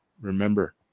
remember